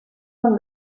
von